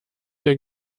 der